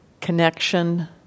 connection